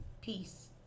peace